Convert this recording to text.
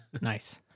nice